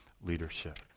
leadership